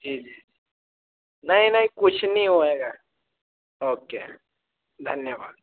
जी जी नहीं नहीं कुछ नहीं होएगा ओके धन्यवाद